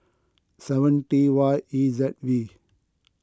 seven T Y E Z V